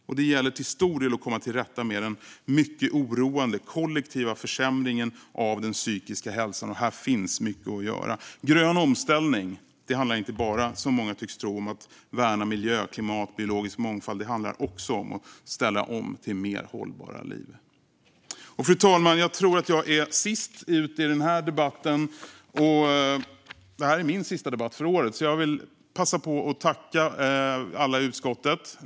Och det gäller till stor del att komma till rätta med den mycket oroande kollektiva försämringen av den psykiska hälsan, och här finns mycket att göra. Grön omställning handlar inte bara, som många tycks tro, om att värna miljö, klimat och biologisk mångfald. Det handlar också om att ställa om till mer hållbara liv. Fru talman! Jag tror att jag är sist ut i den här debatten. Och det här är min sista debatt för i år, så jag vill passa på att tacka alla i utskottet.